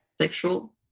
sexual